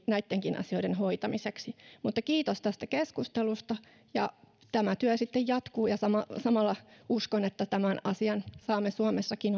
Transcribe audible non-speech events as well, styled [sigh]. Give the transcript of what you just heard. näittenkin asioiden hoitamiseksi mutta kiitos tästä keskustelusta ja tämä työ sitten jatkuu ja samalla samalla uskon että tämän asian saamme suomessakin [unintelligible]